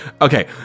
Okay